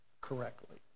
correctly